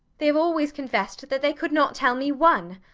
they have always confessed that they could not tell me one.